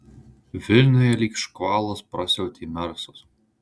vilniuje lyg škvalas prasiautė mersas